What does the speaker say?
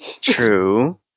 True